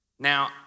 Now